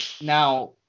now